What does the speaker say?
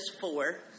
four